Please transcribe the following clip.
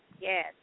Yes